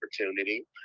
opportunity